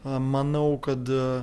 manau kad